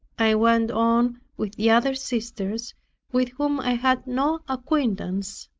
i went on with the other sisters with whom i had no acquaintance.